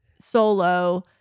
solo